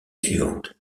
suivante